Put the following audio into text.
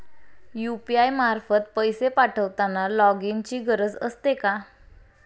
UPI मार्फत पैसे पाठवताना लॉगइनची गरज असते का?